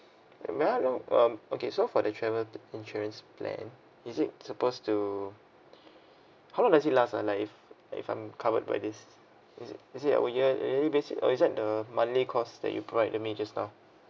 may I know um okay so for the travel insurance plan is it supposed to how long does it last ah like if if I'm covered by this is it is it over year you basic or is that the monthly cost that you provide to me just now